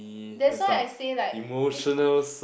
that's why I say like it~